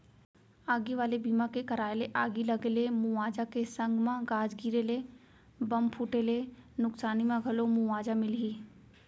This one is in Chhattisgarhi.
आगी वाले बीमा के कराय ले आगी लगे ले मुवाजा के संग म गाज गिरे ले, बम फूटे ले नुकसानी म घलौ मुवाजा मिलही